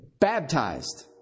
baptized